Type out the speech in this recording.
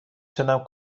تونم